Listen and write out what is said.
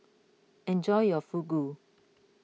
enjoy your Fugu